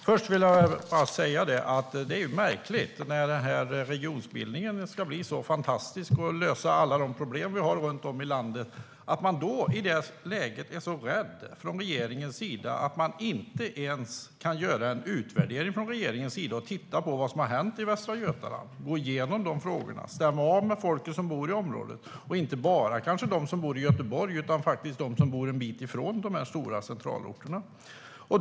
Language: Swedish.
Först vill jag bara säga att det är märkligt att regeringen i det här läget, när den här regionsbildningen ska bli så fantastisk och lösa alla problem vi har runt om i landet, är så rädd att man inte ens kan göra en utvärdering från regeringens sida och titta på vad som har hänt i Västra Götaland, gå igenom de frågorna eller stämma av med folk som bor i området - och då kanske inte bara med dem som bor i Göteborg utan även med dem som bor en bit ifrån de stora centralorterna.